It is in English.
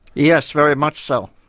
yes, very much so.